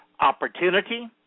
opportunity